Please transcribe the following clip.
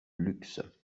luxe